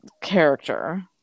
character